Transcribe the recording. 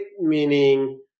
Meaning